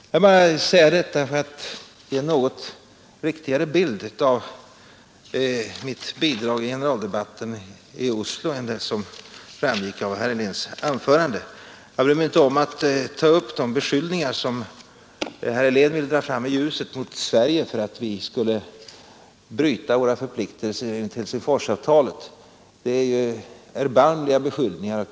Jag vill bara säga detta för att ge en något riktigare bild av mitt bidrag i generaldebatten i Oslo än den som framgick av herr Heléns anförande. Jag bryr mig inte om att ta upp de beskyllningar som herr Helén vill dra fram i ljuset mot Sverige för att vi skulle bryta våra förpliktelser enligt Helsingforsavtalet. Det är ju erbarmliga beskyllningar.